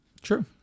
True